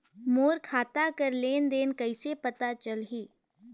मोर खाता कर लेन देन कइसे पता चलही?